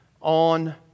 on